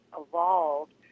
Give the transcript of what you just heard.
evolved